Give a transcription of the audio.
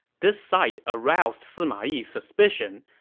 this sight aroused sima yi's suspicion,